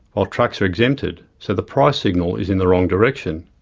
while trucks are exempted, so the price signal is in the wrong direction.